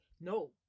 No